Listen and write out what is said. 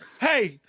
Hey